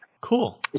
Cool